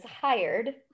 hired